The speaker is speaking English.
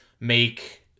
make